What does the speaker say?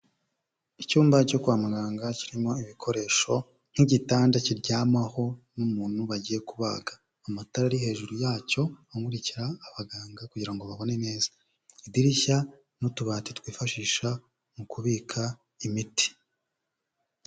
Icyumba cyo kwa muganga kirimo ibikoresho nk'igitanda kiryamaho n'umuntu bagiye kubaga, amatara ari hejuru yacyo amurikira abaganga kugira ngo babone neza, idirishya n'utubati twifashisha mu kubika imiti.